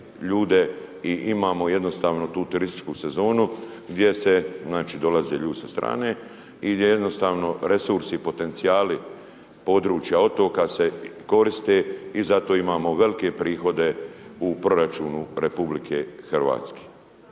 i imamo jednostavno tu turističku sezonu gdje znači dolaze ljudi sa srane i gdje jednostavno resursi, potencijal područja otoka se koriste i zato imamo velike prihode u proračunu RH.